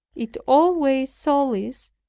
it always sullies,